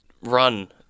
run